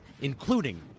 including